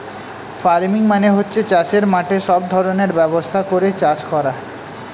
farming মানে হচ্ছে চাষের মাঠে সব ধরনের ব্যবস্থা করে চাষ করা